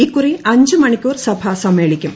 ഇക്കുറു് ്അഞ്ച് മണിക്കൂർ സഭ സമ്മേളിക്കും